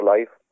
Life